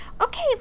Okay